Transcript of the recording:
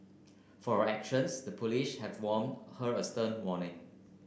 for her actions the have warned her a stern warning